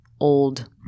old